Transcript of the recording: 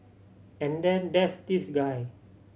and then there's this guy